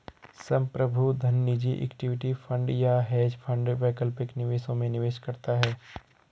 संप्रभु धन निजी इक्विटी फंड या हेज फंड वैकल्पिक निवेशों में निवेश करता है